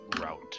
route